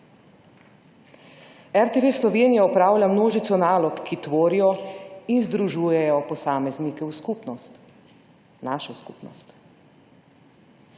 RTV Slovenija opravlja množico nalog, ki tvorijo in združujejo posameznike v skupnost, našo skupnost.